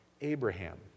Abraham